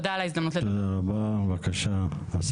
הפעלה חיצונית של מוקד